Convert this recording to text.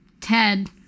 Ted